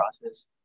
process